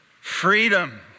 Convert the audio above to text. Freedom